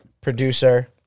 producer